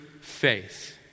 faith